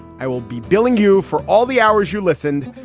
i will be billing you for all the hours you listened,